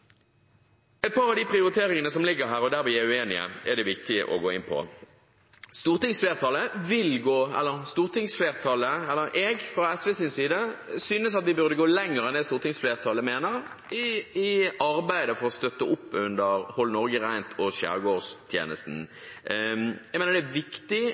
Et par av prioriteringene som foreligger, og der vi er uenige, er det viktig å gå inn på. Fra SVs side synes jeg at vi burde gå lenger enn det stortingsflertallet mener, i arbeidet for å støtte opp under Hold Norge rent og Skjærgårdstjenesten. Jeg mener det er viktig